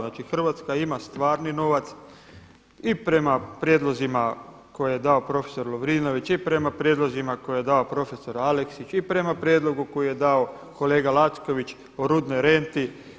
Znači Hrvatska ima stvarni novac i prema prijedlozima koje je dao profesor Lovrinović i prema prijedlozima koje je dao profesor Aleksić i prema prijedlogu koji je dao kolega Lacković o rudnoj renti.